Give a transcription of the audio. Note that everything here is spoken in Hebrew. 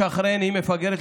שאחריהן היא מפגרת,